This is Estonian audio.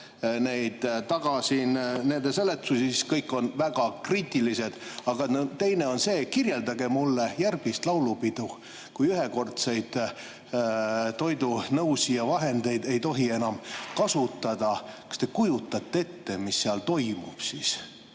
siin taga nende seletusi, siis kõik on väga kriitilised. Teine küsimus on see: kirjeldage mulle järgmist laulupidu, kui ühekordseid toidunõusid ja söögivahendeid ei tohi enam kasutada. Kas te kujutate ette, mis seal toimub?